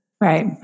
Right